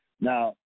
Now